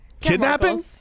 Kidnapping